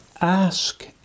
Ask